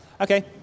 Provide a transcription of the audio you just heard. Okay